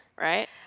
Right